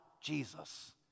Jesus